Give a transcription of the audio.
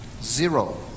zero